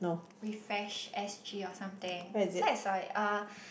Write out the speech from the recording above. Refash-S_G or something so I saw it uh